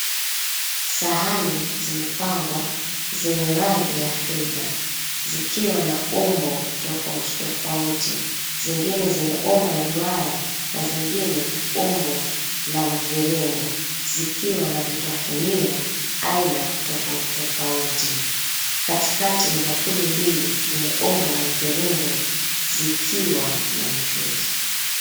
Sahani zimepangwa zenye rangi ya fetha zikiwa na umbo tofauti tofauti, zingine zenye umbo la duara na zingine umbo la mviringo, zikiwa na vitafunio aina tofauti tofauti. Katikati ni bakuli mbili zenye umbo la mviringo zikiwa na mchuzi.